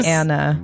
anna